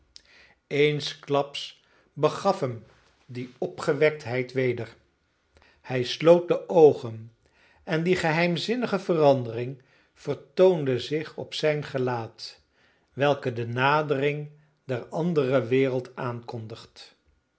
eensklaps begaf hem die opgewektheid weder hij sloot de oogen en die geheimzinnige verandering vertoonde zich op zijn gelaat welke de nadering der andere wereld aankondigt